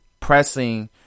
Pressing